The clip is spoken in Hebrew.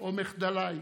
או מחדליי,